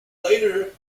later